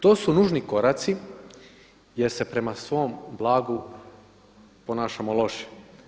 To su nužni koraci, jer se prema svom blagu ponašamo loše.